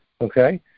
okay